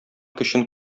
көчен